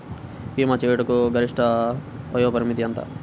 భీమా చేయుటకు గరిష్ట వయోపరిమితి ఎంత?